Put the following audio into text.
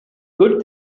good